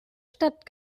stadt